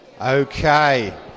Okay